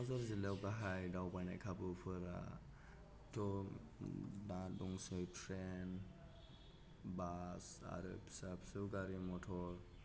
क'क्राझार जिल्लायाव गाहाय दावबायनाय खाबुफोराथ' दा दंसै ट्रेन बास आरो फिसा फिसौ गारि मथर